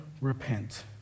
repent